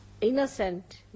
innocent